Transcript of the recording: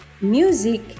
music